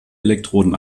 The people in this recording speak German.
elektroden